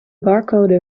barcode